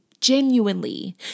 genuinely